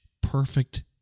perfect